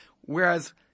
Whereas